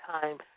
time